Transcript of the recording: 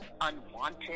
unwanted